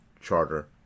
charter